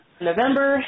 November